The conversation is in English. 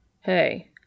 Hey